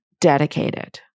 dedicated